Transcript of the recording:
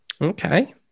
Okay